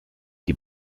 die